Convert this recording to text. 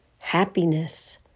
Happiness